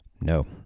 No